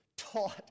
taught